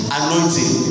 anointing